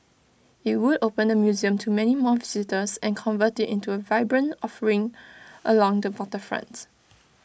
IT would open the museum to many more visitors and convert IT into A vibrant offering along the waterfronts